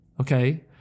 okay